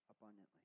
abundantly